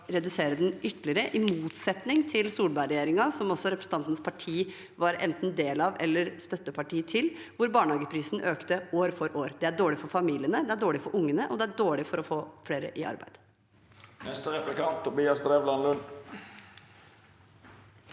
redusere den ytterligere, i motsetning til Solberg-regjeringen, som også representantens parti var enten en del av eller støtteparti for, som økte barnehageprisen år for år. Det er dårlig for familiene, det er dårlig for ungene, og det er dårlig for å få flere i arbeid. Tobias Drevland Lund